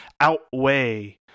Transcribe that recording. outweigh